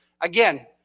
Again